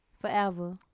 Forever